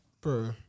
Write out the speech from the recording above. Bro